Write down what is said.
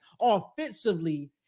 offensively